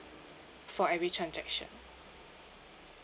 for every transaction